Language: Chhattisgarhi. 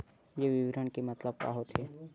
ये विवरण के मतलब का होथे?